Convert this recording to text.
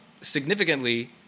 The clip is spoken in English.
significantly